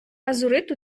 азурит